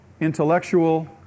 intellectual